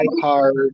hard